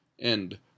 End